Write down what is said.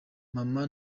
mama